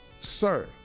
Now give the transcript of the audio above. Sir